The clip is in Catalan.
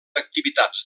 activitats